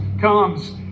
comes